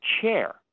chair